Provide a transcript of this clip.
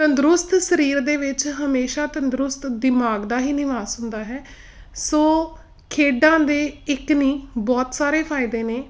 ਤੰਦਰੁਸਤ ਸਰੀਰ ਦੇ ਵਿੱਚ ਹਮੇਸ਼ਾ ਤੰਦਰੁਸਤ ਦਿਮਾਗ ਦਾ ਹੀ ਨਿਵਾਸ ਹੁੰਦਾ ਹੈ ਸੋ ਖੇਡਾਂ ਦੇ ਇੱਕ ਨਹੀਂ ਬਹੁਤ ਸਾਰੇ ਫਾਇਦੇ ਨੇ